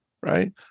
right